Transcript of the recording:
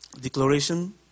declaration